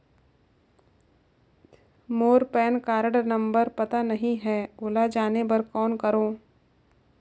मोर PAN card number पता नहीं है, ओला जाने बर कौन करो?